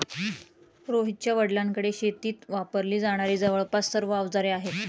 रोहितच्या वडिलांकडे शेतीत वापरली जाणारी जवळपास सर्व अवजारे आहेत